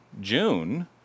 June